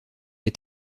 est